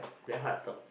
then how I talk